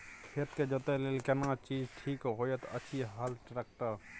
खेत के जोतय लेल केना चीज ठीक होयत अछि, हल, ट्रैक्टर?